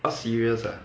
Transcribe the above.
!huh! serious ah